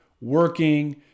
working